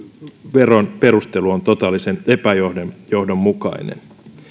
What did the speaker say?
veron perustelu on totaalisen epäjohdonmukainen